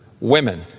women